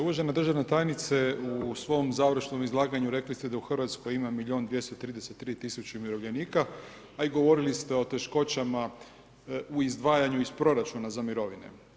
Uvažena državna tajnice, u svom završnom izlaganju, rekli ste da u Hrvatskoj ima milijun i 233 000 umirovljenika a i govorili ste o teškoćama u izdvajanju iz proračuna za mirovine.